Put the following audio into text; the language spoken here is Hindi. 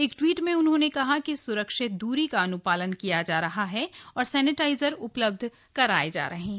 एक ट्वीट में उन्होंने कहा कि स्रक्षित द्री का अन्पालन किया जा रहा है और सेनिटाइजर उपलब्ध कराए जा रहे हैं